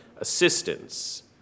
assistance